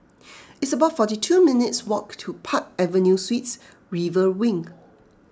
it's about forty two minutes' walk to Park Avenue Suites River Wing